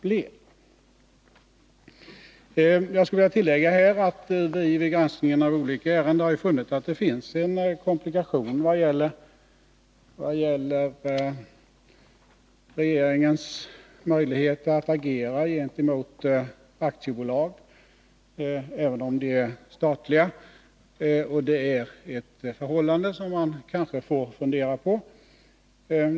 Jag skulle här vilja tillägga att vi vid granskningen av olika ärenden har funnit att det föreligger en komplikation vad gäller regeringens möjligheter att agera gentemot aktiebolag, även statliga sådana. Det är ett förhållande som man kanske får fundera på.